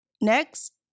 Next